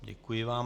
Děkuji vám.